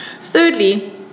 thirdly